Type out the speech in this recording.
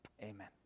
Amen